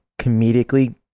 comedically